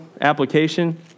application